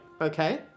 Okay